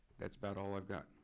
that's about all i've got.